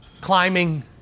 climbing